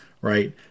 right